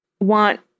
want